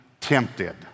tempted